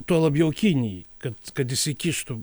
tuo labiau kinijai kad kad įsikištų